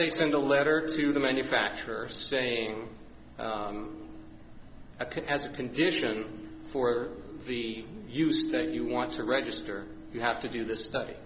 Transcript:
they sent a letter to the manufacturer saying as a condition for the use that you want to register you have to do this study